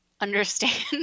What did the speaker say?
understand